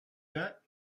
that